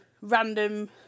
random